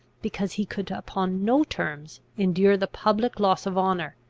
because he could upon no terms endure the public loss of honour